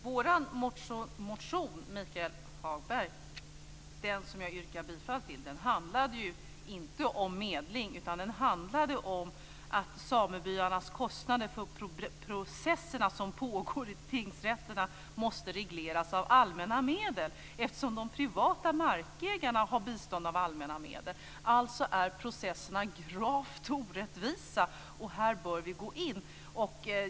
Herr talman! Vår motion - den som jag yrkade bifall till - handlade inte om medling utan om att samebyarnas kostnader för processerna som pågår i tingsrätterna måste regleras med hjälp av allmänna medel, eftersom de privata markägarna får bistånd ur allmänna medel. Alltså är processerna gravt orättvisa. Här bör vi gå in.